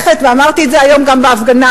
ואמרתי את זה היום גם בהפגנה,